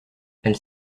elle